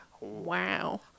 Wow